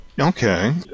Okay